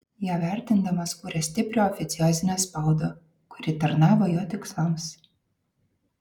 ją vertindamas kūrė stiprią oficiozinę spaudą kuri tarnavo jo tikslams